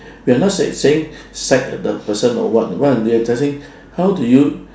we are not say saying side the person or what what we are just saying how do you